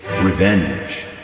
revenge